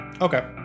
Okay